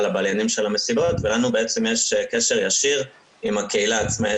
ולנו בעצם יש קשר ישיר עם הקהילה עצמה.